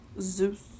Zeus